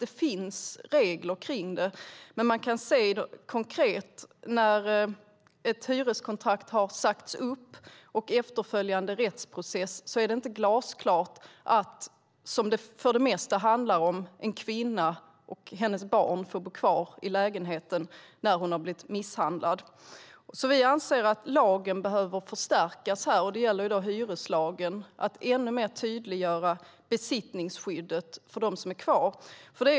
Det finns regler för det, men när ett hyreskontrakt har sagts upp är det inte glasklart i den efterföljande rättsprocessen att en kvinna, vilket det för de mesta handlar om, och hennes barn får bo kvar i lägenheten när hon har blivit misshandlad. Vi anser att hyreslagen behöver förstärkas för att ännu mer tydliggöra besittningsskyddet för dem som är kvar.